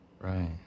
Right